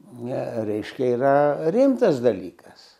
ne reiškia yra rimtas dalykas